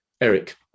Eric